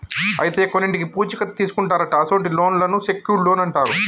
అయితే కొన్నింటికి పూచీ కత్తు తీసుకుంటారట అసొంటి లోన్లను సెక్యూర్ట్ లోన్లు అంటారు